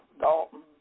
Dalton